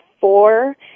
four